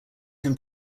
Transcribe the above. him